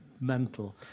mental